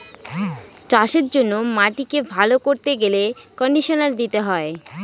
চাষের জন্য মাটিকে ভালো করতে গেলে কন্ডিশনার দিতে হয়